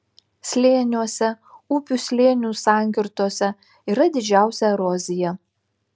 slėniuose upių slėnių sankirtose yra didžiausia erozija